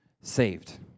saved